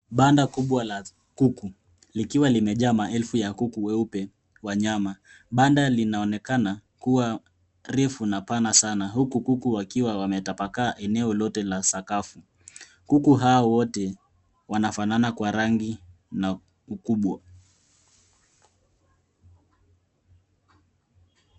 Banda kubwa la kuku likiwa limejaa maelfu ya kuku weupe wa nyama. Banda linaonekana kuwa refu na pana sana huku kuku wakiwa wametapakaa eneo lote la sakafu. Kuku hao wote wanafanana kwa rangi na ukubwa